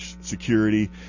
security